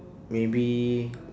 maybe